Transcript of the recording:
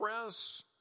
press